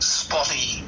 spotty